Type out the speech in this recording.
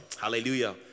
hallelujah